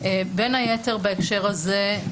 בין היתר בהקשר הזה,